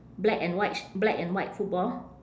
black and white s~ black and white football